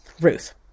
Ruth